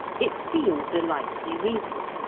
it seems a likely reason,